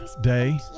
day. (